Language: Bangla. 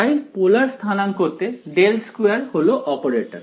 তাই পোলার স্থানাংক তে ∇2 হলো অপারেটর